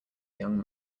young